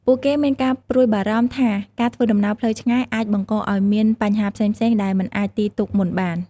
ពួកគេមានការព្រួយបារម្ភថាការធ្វើដំណើរផ្លូវឆ្ងាយអាចបង្កឱ្យមានបញ្ហាផ្សេងៗដែលមិនអាចទាយទុកមុនបាន។